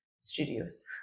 studios